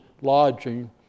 lodging